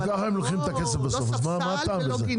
גם ככה הם לוקחים את הכסף הזה אז מה הטעם בזה,